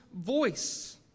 voice